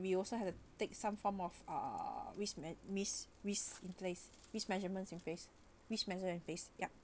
we also have to take some form of err which mea~ miss risk in place risk measurements in place risk measurement in place yup